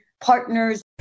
partners